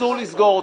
אסור לסגור אותו.